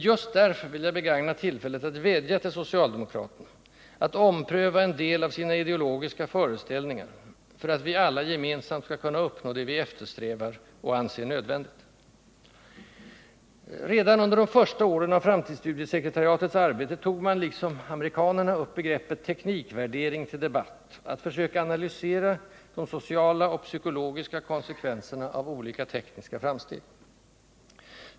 Just därför vill jag begagna tillfället att vädja till socialdemokraterna att ompröva en del av sina ideologiska föreställningar för att vi alla gemensamt skall kunna uppnå det vi eftersträvar och anser nödvändigt. Redan under de första åren av framtidsstudiesekretariatets arbete tog man —- liksom amerikanerna — upp begreppet ”teknikvärdering” till debatt: att försöka analysera de sociala och psykologiska konsekvenserna av olika tekniska framsteg.